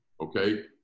okay